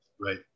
Right